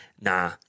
nah